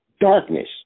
darkness